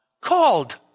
Called